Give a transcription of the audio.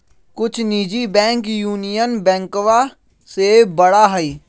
कुछ निजी bank union बैंकवा से बड़ा हई